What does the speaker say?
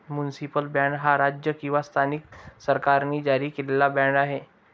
municipal bond हा राज्य किंवा स्थानिक सरकारांनी जारी केलेला बाँड आहे